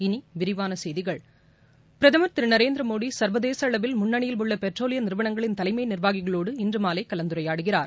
இனி விரிவான செய்திகள் பிரதமர் திரு நரேந்திர மோடி சங்வதேச அளவில் முன்னணியில் உள்ள பெட்ரோலிய நிறுவனங்களின் தலைமை நிர்வாகிகளோடு இன்று மாலை கலந்துரையாடுகிறார்